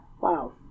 Wow